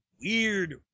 weird